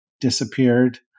disappeared